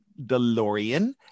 DeLorean